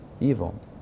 evil